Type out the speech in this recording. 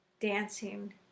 Dancing